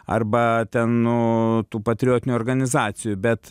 arba ten nu tų patriotinių organizacijų bet